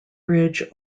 bridge